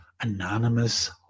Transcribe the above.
anonymous